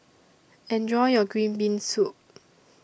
Enjoy your Green Bean Soup